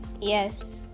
Yes